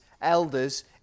elders